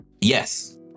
yes